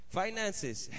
finances